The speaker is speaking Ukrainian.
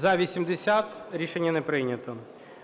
За-80 Рішення не прийнято.